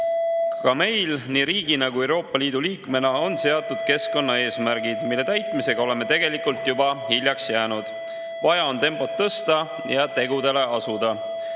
Meil nii riigina kui ka Euroopa Liidu liikmena on seatud keskkonnaeesmärgid, mille täitmisega oleme tegelikult juba hiljaks jäänud. Vaja on tempot tõsta ja tegudele asuda.